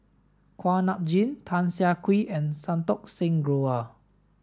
Kuak Nam Jin Tan Siah Kwee and Santokh Singh Grewal